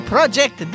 Project